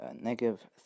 negative